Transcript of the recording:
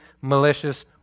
malicious